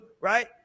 Right